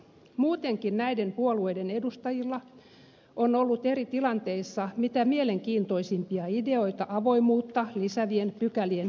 muutenkin näiden puolueiden edustajilla on ollut eri tilanteissa mitä mielenkiintoisimpia ideoita avoimuutta lisäävien pykälien kiertämiseen